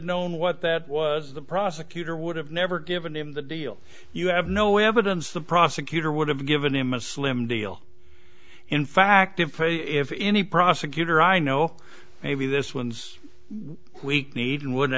known what that was the prosecutor would have never given him the deal you have no evidence the prosecutor would have given him a slim deal in fact if any prosecutor i know maybe this one's weak kneed wouldn't